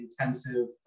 intensive